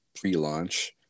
pre-launch